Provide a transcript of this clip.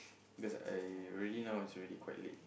because I already now is really quite late